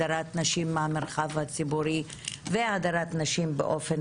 הדרת נשים מהמרחב הציבורי והדרת נשים באופן